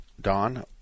Don